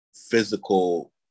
physical